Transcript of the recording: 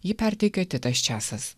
ji perteikia titas česas